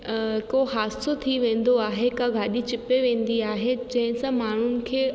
को हादिसो थी वेंदो आहे का गाॾी चिपे वेंदी आहे जंहिंसां माण्हुनि खे